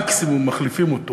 מקסימום מחליפים אותו.